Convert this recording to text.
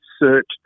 search